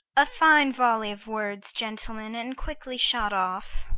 a fine volley of words, gentlemen, and quickly shot off.